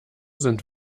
sind